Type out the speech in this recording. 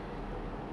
mm